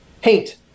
paint